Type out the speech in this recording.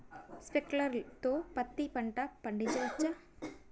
Sprinkler తో పత్తి పంట పండించవచ్చా?